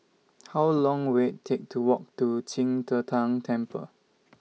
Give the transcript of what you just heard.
How Long Will IT Take to Walk to Qing De Tang Temple